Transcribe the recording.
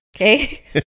okay